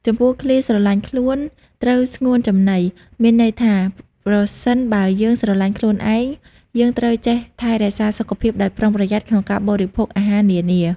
ចំពោះឃ្លា ស្រឡាញ់ខ្លួន ត្រូវស្ងួនចំណី មានន័យថា ប្រសិនបើយើងស្រឡាញ់ខ្លួនឯង យើងត្រូវចេះថែរក្សាសុខភាពដោយប្រុងប្រយ័ត្នក្នុងការបរិភោគអាហារនានា។